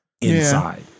inside